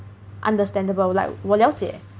understandable like 我了解